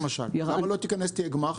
למה לא תיכנס להיות גמ"ח?